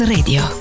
Radio